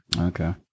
okay